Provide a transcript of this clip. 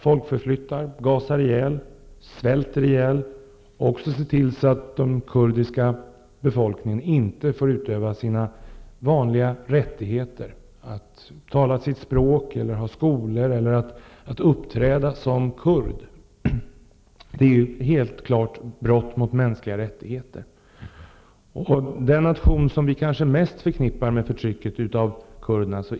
Man förflyttar den, gasar ihjäl den, svälter ihjäl den och ser till att den inte får utöva dess vanliga rättigheter som att tala sitt språk, bedriva undervisning eller helt enkelt uppträda som kurd. Det är helt klart fråga om brott mot de mänskliga rättigheterna. Irak är med tanke på dess jakt på kurder kanske den nation som vi mest förknippar med förtrycket av kurder.